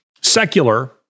Secular